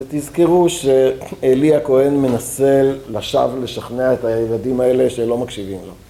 ותזכרו שאלי הכהן מנסה לשווא, לשכנע את הילדים האלה שלא מקשיבים לו.